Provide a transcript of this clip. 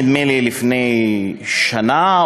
נדמה לי לפני שנה,